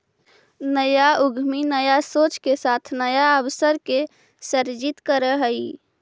नया उद्यमी नया सोच के साथ नया अवसर के सृजित करऽ हई